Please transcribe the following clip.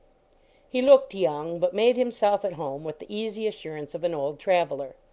he looked young, but made himself at home with the easy assurance of an old trav eler.